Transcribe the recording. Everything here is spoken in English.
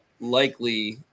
likely